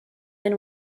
been